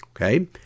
Okay